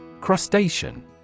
Crustacean